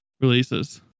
releases